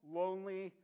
lonely